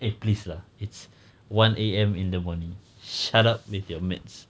eh please lah it's one A_M in the morning shut up with your maths